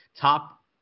top –